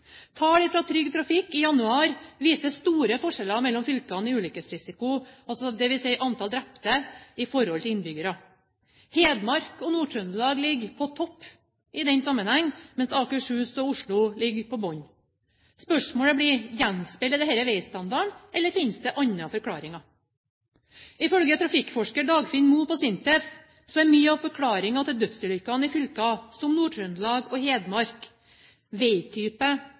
Tall fra Trygg Trafikk i januar viser store forskjeller mellom fylkene når det gjelder ulykkesrisiko, dvs. antall drepte i forhold til innbyggere. Hedmark og Nord-Trøndelag ligger på topp i den sammenheng, mens Akershus og Oslo ligger på bunn. Spørsmålet blir: Gjenspeiler dette veistandarden, eller finnes det andre forklaringer? Ifølge trafikkforsker Dagfinn Moe på SINTEF er mye av forklaringen på dødsulykkene i fylker som Nord-Trøndelag og Hedmark veitype